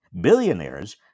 billionaires